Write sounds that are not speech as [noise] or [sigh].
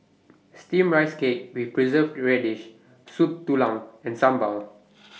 [noise] Steamed Rice Cake with Preserved Radish Soup Tulang and Sambal